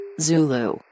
Zulu